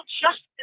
justice